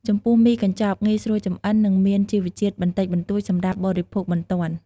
ចំពោះមីកញ្ចប់ ងាយស្រួលចម្អិន និងមានជីវជាតិបន្តិចបន្តួចសម្រាប់បរិភោគបន្ទាន់។